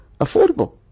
affordable